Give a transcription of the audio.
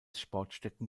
sportstätten